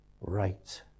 right